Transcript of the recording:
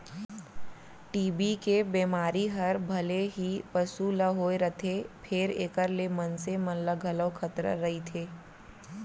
TB के बेमारी हर भले ही पसु ल होए रथे फेर एकर ले मनसे मन ल घलौ खतरा रइथे